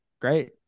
great